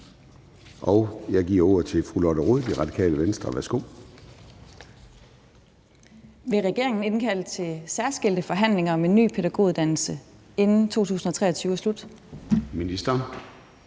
og jeg giver ordet til fru Lotte Rod, Radikale Venstre. Værsgo. Kl. 10:05 Lotte Rod (RV): Vil regeringen indkalde til særskilte forhandlinger om en ny pædagoguddannelse, inden 2023 er slut? Kl.